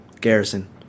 Garrison